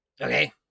Okay